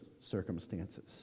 circumstances